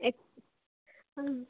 ꯑꯦ ꯑꯥ